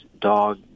dog